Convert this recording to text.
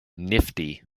nifty